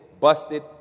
busted